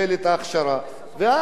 בפעם הראשונה,